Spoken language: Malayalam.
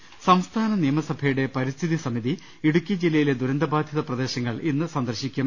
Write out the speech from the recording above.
്് സംസ്ഥാന നിയമസ്ഭയുടെ പരിസ്ഥിതി സമിതി ഇടുക്കി ജില്ലയിലെ ദുരന്ത ബാധിതപ്രദേശങ്ങൾ ഇന്ന് സന്ദർശിക്കും